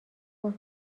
گفت